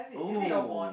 !woo!